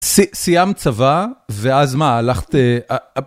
סיימת צבא, ואז מה, הלכת...